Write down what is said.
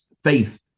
faith